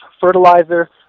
fertilizer